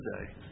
today